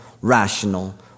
rational